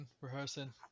rehearsing